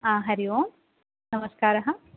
आ हरि ओं नमस्कारः